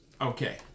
Okay